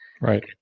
Right